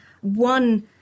One